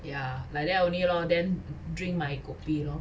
ya like that only lor then drink my kopi lor